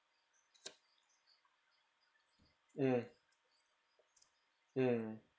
mm mm mm